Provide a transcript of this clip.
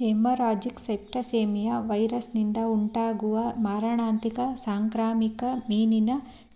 haemorrhagic septicaemia ವೈರಸ್ನಿಂದ ಉಂಟಾಗುವ ಮಾರಣಾಂತಿಕ ಸಾಂಕ್ರಾಮಿಕ ಮೀನಿನ